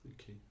Okay